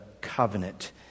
covenant